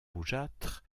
rougeâtre